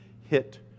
hit